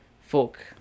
folk